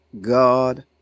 God